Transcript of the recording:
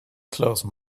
close